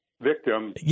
victim